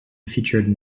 featured